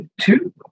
two